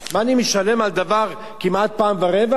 מה אני משלם על דבר כמעט פעם ורבע?